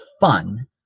fun